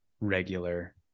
regular